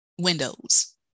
windows